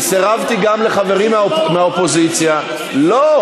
אני סירבתי גם לחברים מהאופוזיציה, למה?